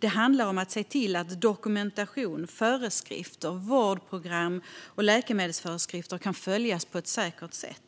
Det handlar om att se till att dokumentation, föreskrifter, vårdprogram och läkemedelsföreskrifter kan följas på ett säkert sätt.